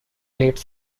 late